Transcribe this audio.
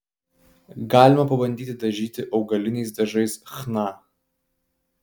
galima pabandyti dažyti augaliniais dažais chna